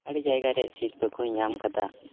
ᱟᱹᱰᱤ ᱡᱟᱭᱜᱟᱨᱮ ᱥᱤᱨᱯᱟᱹ ᱠᱚᱧ ᱧᱟᱢ ᱟᱠᱟᱫᱟ